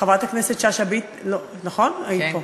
חברת הכנסת שאשא ביטון, היא פה?